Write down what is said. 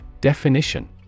Definition